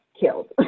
killed